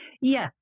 Yes